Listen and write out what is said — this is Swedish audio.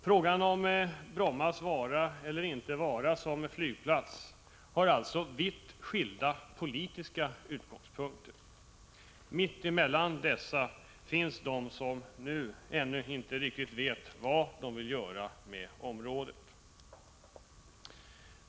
Frågan om Brommas vara eller inte vara som flygplats har alltså vitt skilda politiska utgångspunkter. Mitt emellan dessa finns de som ännu inte riktigt vet vad de vill göra med området.